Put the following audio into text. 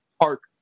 park